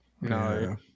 No